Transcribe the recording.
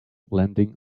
landing